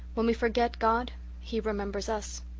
when we forget god he remembers us.